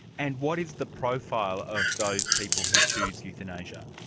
and what is the profile of those people who choose euthanasia?